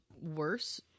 worse